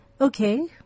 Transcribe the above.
Okay